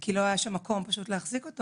כי לא היה שם מקום פשוט להחזיק אותו